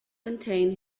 contain